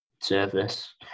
service